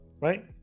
Right